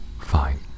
fine